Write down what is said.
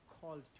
called